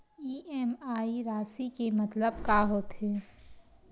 EMI राशि के मतलब का होथे?